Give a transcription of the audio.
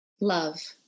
Love